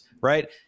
right